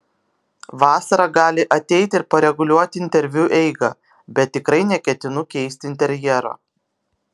vasara gali ateiti ir pareguliuoti interviu eigą bet tikrai neketinu keisti interjero